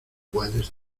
puedes